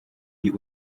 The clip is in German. wir